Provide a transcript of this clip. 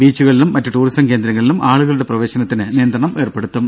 ബീച്ചുകളിലും മറ്റ് ടൂറിസം കേന്ദ്രങ്ങളിലും ആളുകളുടെ പ്രവേശനത്തിന് നിയന്ത്രണമേർപ്പെടുത്തും